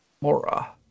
Mora